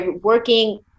working